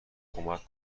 کمک